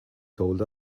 told